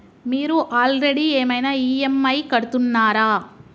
మీరు ఆల్రెడీ ఏమైనా ఈ.ఎమ్.ఐ కడుతున్నారా?